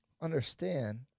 Understand